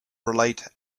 relate